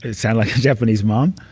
ah sound like a japanese mom?